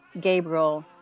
Gabriel